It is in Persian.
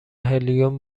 هلیوم